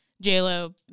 J-Lo